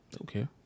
okay